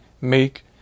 make